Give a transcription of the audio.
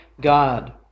God